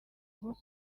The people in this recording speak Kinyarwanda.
rwo